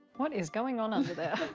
what is going on under there?